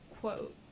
quote